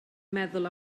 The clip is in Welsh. meddwl